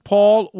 Paul